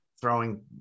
throwing